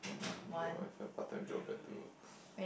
um no I find part time job better